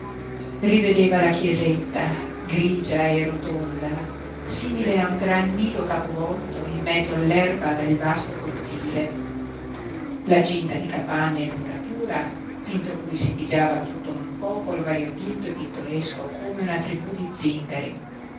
rivedeva la chiesetta grigia e rotonda simile a un gran nido capovolto in mezzo all'erba del vasto cortile la cinta di capanne in muratura entro cui si pigiava tutto un popolo variopinto e pittoresco come una tribú di zingari